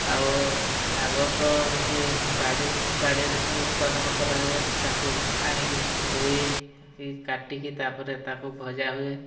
ଆଉ ଶାଗ ତ ଏମିତି ବାଡ଼ି ବାଡ଼ିରେ ଉତ୍ପାଦନ କରାହୁଏ ତାକୁ ଆଣିକି ଧୋଇ କି କାଟିକି ତା'ପରେ ତାକୁ ଭଜା ହୁଏ